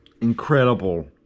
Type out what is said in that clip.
Incredible